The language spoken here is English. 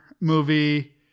movie